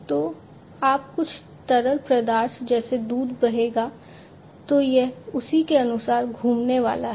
तो जब कुछ तरल पदार्थ जैसे दूध बहेगा तो यह उसी के अनुसार घूमने वाला है